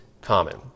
common